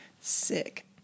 Sick